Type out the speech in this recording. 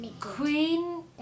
Queen